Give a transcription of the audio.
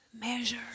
measure